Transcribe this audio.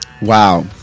Wow